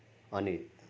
अनि